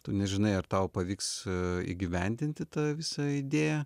tu nežinai ar tau pavyks įgyvendinti tą visą idėją